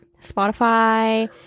Spotify